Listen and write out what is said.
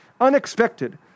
unexpected